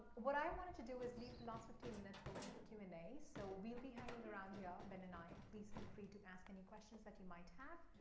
what i want to do is leave the last fifteen minutes open for q and a. so we'll be hanging around here, ben and i. please feel free to ask any questions that we might have.